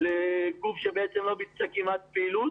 לגוף שכמעט לא ביצע פעילות.